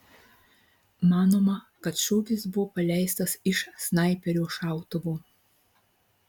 manoma kad šūvis buvo paleistas iš snaiperio šautuvo